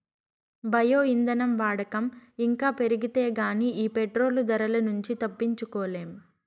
bio ఇంధనం వాడకం ఇంకా పెరిగితే గానీ ఈ పెట్రోలు ధరల నుంచి తప్పించుకోలేం